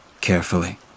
carefully